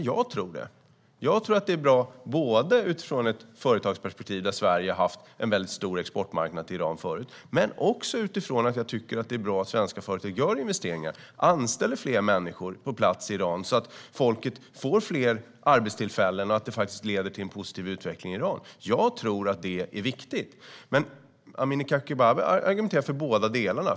Jag tror det, både ur ett företagsperspektiv eftersom Iran förut har varit en stor exportmarknad för Sverige och för att det är bra att svenska företag gör investeringar och anställer fler människor i Iran så att folket får fler arbetstillfällen, vilket leder till en positiv utveckling i Iran. Jag tror att det är viktigt. Amineh Kakabaveh argumenterar för båda delarna.